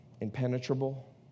impenetrable